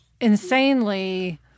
insanely